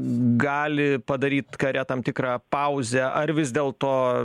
gali padaryt kare tam tikrą pauzę ar vis dėlto